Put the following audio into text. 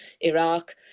Iraq